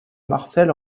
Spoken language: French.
marcel